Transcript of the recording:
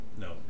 no